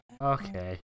Okay